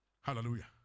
Hallelujah